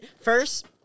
first